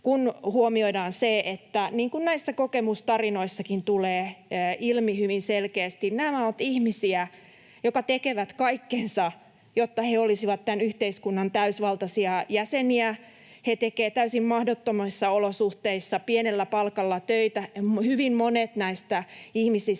töitä. Niin kuin näissä kokemustarinoissakin tulee ilmi hyvin selkeästi, nämä ovat ihmisiä, jotka tekevät kaikkensa, jotta he olisivat tämän yhteiskunnan täysivaltaisia jäseniä. He tekevät täysin mahdottomissa olosuhteissa pienellä palkalla töitä, ja hyvin monet näistä ihmisistä